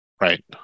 Right